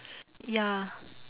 ya